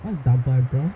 what's double eyebrow